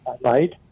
right